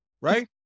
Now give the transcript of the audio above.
right